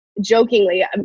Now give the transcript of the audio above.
jokingly